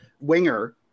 winger